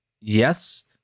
Yes